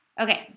Okay